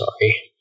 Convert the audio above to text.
sorry